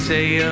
say